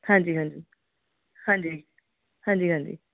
ਹਾਂਜੀ ਹਾਂਜੀ ਹਾਂਜੀ ਹਾਂਜੀ ਹਾਂਜੀ